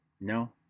No